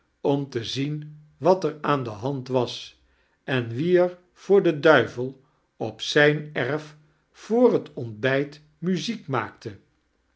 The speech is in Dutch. om te zien wat er aan de hand was en wie er voor den duivel op zijn erf vr het ontbijt muziek maakte